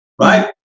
right